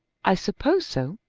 i suppose so.